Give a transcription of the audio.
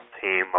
team